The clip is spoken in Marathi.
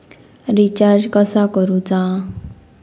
रिचार्ज कसा करूचा?